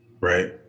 Right